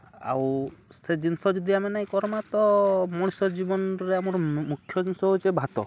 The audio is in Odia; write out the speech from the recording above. ଆଉ ସେ ଜିନିଷ ଯଦି ଆମେ ନାଇଁ କର୍ମା ତ ମଣିଷ ଜୀବନରେ ଆମର ମୁଖ୍ୟ ଜିନିଷ ହଉଚେ ଭାତ